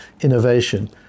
innovation